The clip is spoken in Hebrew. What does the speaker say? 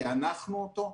פענחנו אותו,